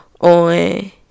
on